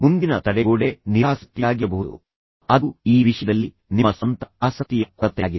ಮುಂದಿನ ತಡೆಗೋಡೆ ನಿರಾಸಕ್ತಿಯಾಗಿರಬಹುದು ಅದು ಈ ವಿಷಯದಲ್ಲಿ ನಿಮ್ಮ ಸ್ವಂತ ಆಸಕ್ತಿಯ ಕೊರತೆಯಾಗಿದೆ